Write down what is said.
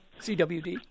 CWD